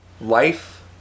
Life